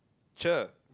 sure